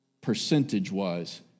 percentage-wise